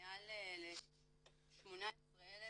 מעל ל-18,000